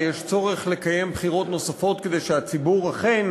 ויש צורך לקיים בחירות נוספות כדי שהציבור אכן